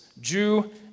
Jew